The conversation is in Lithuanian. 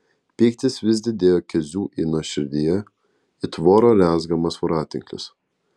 pyktis vis didėjo kezių ino širdyje it voro rezgamas voratinklis